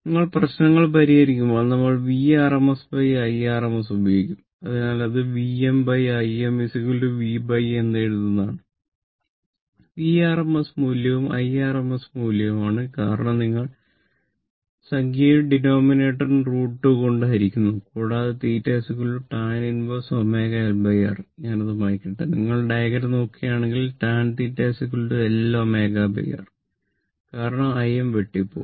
നിങ്ങൾ ഡയഗ്രം നോക്കുകയാണെങ്കിൽ tan θ L ω R കാരണം Im വെട്ടി പോകും